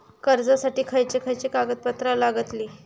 कर्जासाठी खयचे खयचे कागदपत्रा लागतली?